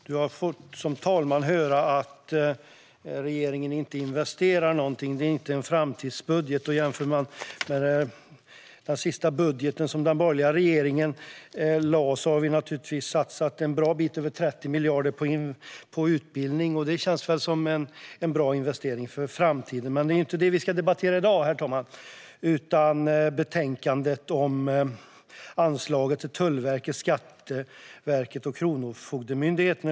Herr talman! Talmannen har fått höra att regeringen inte investerar någonting och att det inte är en framtidsbudget. Jämför man med den sista budget som den borgerliga regeringen lade fram har vi satsat en bra bit över 30 miljarder på utbildning. Det känns väl som en bra investering för framtiden. Men det är inte det vi ska debattera i dag, herr talman, utan betänkandet om anslaget till Tullverket, Skatteverket och Kronofogdemyndigheten.